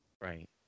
Right